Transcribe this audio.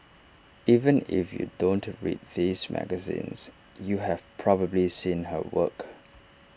even if you don't read these magazines you have probably seen her work